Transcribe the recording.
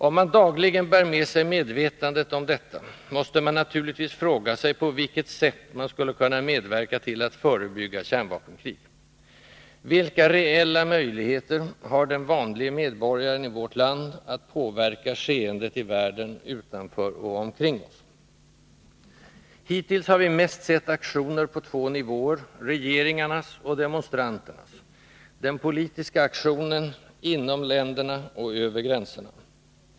Om man dagligen bär med sig medvetandet om detta måste man naturligtvis fråga sig på vilket sätt man skulle kunna medverka till att förebygga kärnvapenkrig. Vilka reella möjligheter har den vanlige medborgaren i vårt land att påverka skeendet i världen utanför och omkring oss? Hittills har vi mest sett aktioner på två nivåer: regeringarnas och demonstranternas, den politiska aktionen, inom länderna och över gränserna.